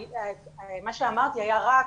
מה שאמרתי היה רק